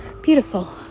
Beautiful